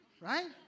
right